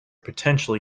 potentially